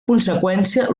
conseqüència